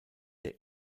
der